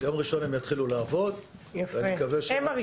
ביום ראשון הם יתחילו לעבוד -- הם הראשונים?